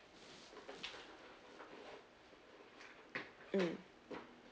mm